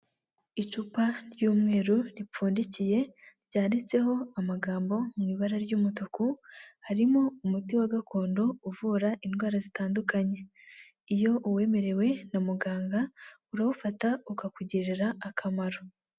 Icupa ry'umweru ripfundikiye ryanditseho amagambo mu ibara ry'umutuku, harimo umuti wa gakondo uvura indwara zitandukanye. Iyo uwemerewe na muganga urawufata ukakugirira akamaro.